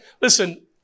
listen